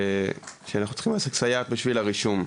שאנחנו צריכים להשיג סייעת בשביל הרישום.